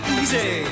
easy